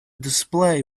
display